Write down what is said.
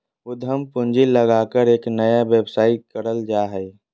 उद्यम पूंजी लगाकर एक नया व्यवसाय करल जा हइ